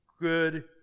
good